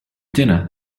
dinner